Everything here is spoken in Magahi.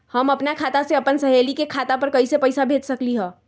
हम अपना खाता से अपन सहेली के खाता पर कइसे पैसा भेज सकली ह?